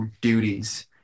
duties